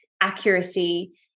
accuracy